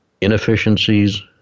inefficiencies